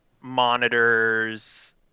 monitors